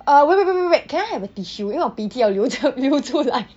uh wait wait wait wait wait can I have a tissue 因为我的鼻涕要流掉要流出来